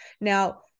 now